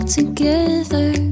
together